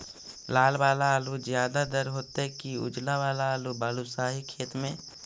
लाल वाला आलू ज्यादा दर होतै कि उजला वाला आलू बालुसाही खेत में?